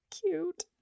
cute